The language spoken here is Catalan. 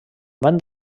van